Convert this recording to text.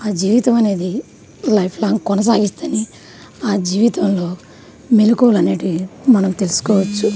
ఆ జీవితం అనేది లైఫ్ లాంగ్ కొనసాగిస్తేనే ఆ జీవితంలో మెలుకువలు అనేవి మనం తెలుసుకోవచ్చు